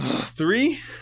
Three